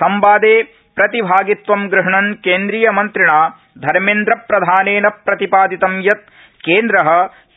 संवादे प्रतिभागित्वं गृहणन् केन्द्रिय मन्द्रिणा धर्मेन्द्रप्रधानेन प्रतिपादितम् यत् केन्द्रः